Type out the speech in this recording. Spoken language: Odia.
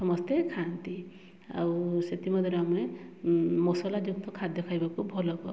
ସମସ୍ତେ ଖାଆନ୍ତି ଆଉ ସେଥିମଧ୍ୟରୁ ଆମେ ମସଲା ଯୁକ୍ତ ଖାଦ୍ୟ ଖାଇବାକୁ ଭଲ ପାଉ